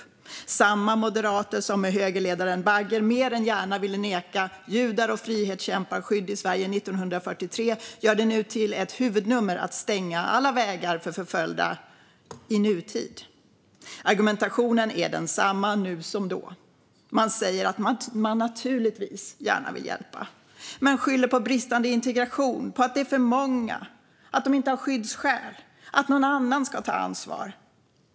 På samma sätt som moderater som högerledaren Bagge mer än gärna ville neka judar och frihetskämpar skydd i Sverige 1943 gör man det nu till ett huvudnummer att stänga alla vägar för förföljda i nutid. Argumentationen är densamma nu som då. Man säger att man naturligtvis gärna vill hjälpa. Man skyller på bristande integration, på att det är för många och att de inte har skyddsskäl, och man tycker att någon annan ska ta ansvar.